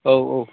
औ औ